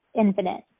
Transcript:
infinite